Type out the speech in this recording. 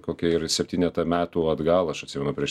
kokie ir septynetą metų atgal aš atsimenu prieš